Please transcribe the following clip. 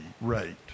rate